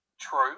True